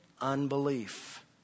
unbelief